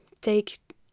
take